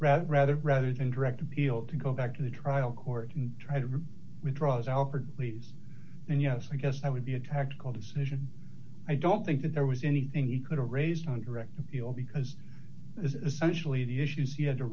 rather rather rather than direct appeal to go back to the trial court and try to withdraw his alford pleas and yes i guess i would be a tactical decision i don't think that there was anything he could have raised on direct appeal because this is essentially the issues you had to